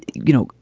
you know,